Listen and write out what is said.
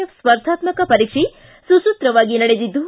A ಸ್ಪರ್ಧಾತ್ಯಕ ಪರೀಕ್ಷೆ ಸುಸೂತ್ರವಾಗಿ ನಡೆದಿದ್ದು